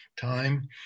time